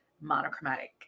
monochromatic